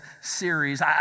series